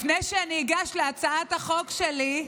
לפני שאני אגש להצעת החוק שלי,